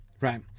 right